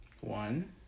One